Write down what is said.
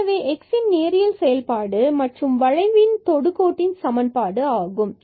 எனவே இது x இன் நேரியல் செயல்பாடு மற்றும் வளைவின் தொடுகோட்டின் சமன்பாடு ஆகும்